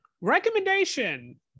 recommendation